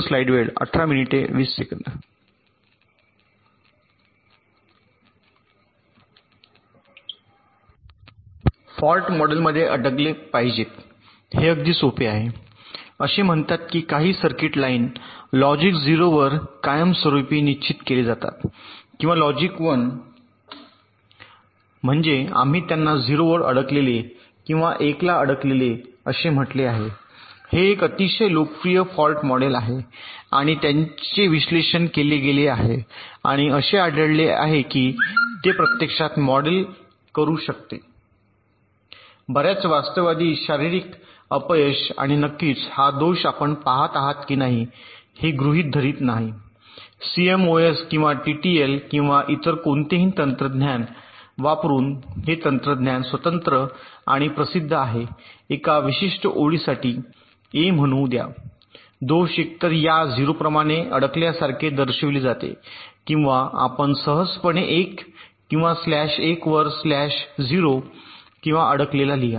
fault मॉडेलमध्ये अडकले पाहिजेत हे अगदी सोपे आहे असे म्हणतात की काही सर्किट लाइन लॉजिक 0 वर कायमस्वरुपी निश्चित केले जातात किंवा लॉजिक 1 म्हणजे आम्ही त्यांना 0 वर अडकलेले किंवा 1 ला अडकलेले असे म्हटले आहे हे एक अतिशय लोकप्रिय फॉल्ट मॉडेल आहे आणि त्याचे विश्लेषण केले गेले आहे आणि असे आढळले आहे की ते प्रत्यक्षात मॉडेल करू शकते बर्याच वास्तववादी शारीरिक अपयश आणि नक्कीच हा दोष आपण आहात की नाही हे गृहित धरत नाही सीएमओएस किंवा टीटीएल किंवा इतर कोणतेही तंत्रज्ञान वापरुन हे तंत्रज्ञान स्वतंत्र आणि प्रसिद्ध आहे एका विशिष्ट ओळीसाठी ए म्हणू द्या दोष एकतर या ० प्रमाणे अडकल्यासारखे दर्शविले जाते किंवा आपण सहजपणे 1 किंवा स्लॅश 1 वर स्लॅश 0 किंवा एक अडकलेला लिहा